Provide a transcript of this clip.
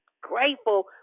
grateful